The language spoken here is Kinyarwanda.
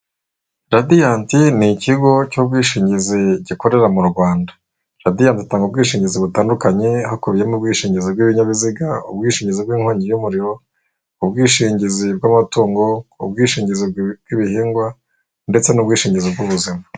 Radiyanti ni ikigo cy'ubwishingizi gikorera mu Rwanda, Radiyanti itanga ubwishingizi butandukanye hakubiyemo ubwishingizi bw'ibinyabiziga, ubwishingizi bw'inkongi y'umuriro, ubwishingizi bw'amatungo, ubwishingizi bw'ibihingwa ndetse n'ubwishingizi bw'ubuzima.